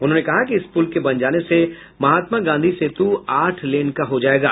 उन्होंने कहा कि इस पुल के बन जाने से महात्मा गांधी सेतु आठ लेन का हो जायेगा